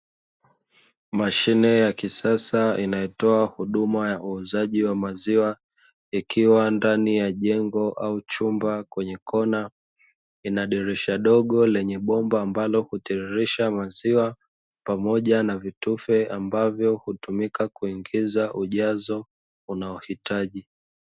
Mashine ya kisasa inayotoa huduma ya uuzaji wa maziwa ikiwa ndani ya jengo au chumba kwenye kona ina dirisha dogo lenye bomba ambalo hutiririsha maziwa pamoja na vitufe ambavyo hutumika kuingiza ujazo unaohitaji.